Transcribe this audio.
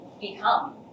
become